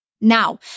Now